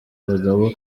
abagabo